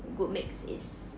good mix is